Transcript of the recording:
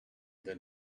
then